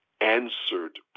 answered